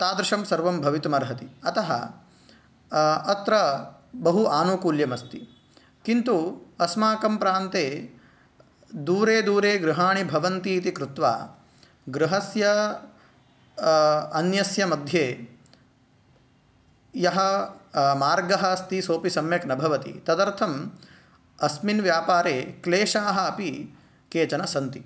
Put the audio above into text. तादृशं सर्वं भवितुम् अर्हति अतः अत्र बहु आनुकूल्यम् अस्ति किन्तु अस्माकं प्रान्ते दूरे दूरे गृहाणि भवन्ति इति कृत्वा गृहस्य अन्यस्य मध्ये यः मार्गः अस्ति सोपि सम्यक् न भवति तदर्थम् अस्मिन् व्यापारे क्लेशाः अपि केचन सन्ति